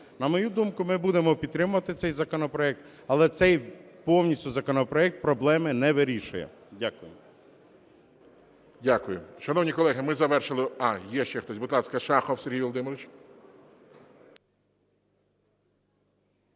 На мою думку, ми будемо підтримувати цей законопроект, але цей повністю законопроект проблеми не вирішує. Дякую. ГОЛОВУЮЧИЙ. Дякую. Шановні колеги, ми завершили. Є ще хтось? Будь ласка, Шахов Сергій Володимирович.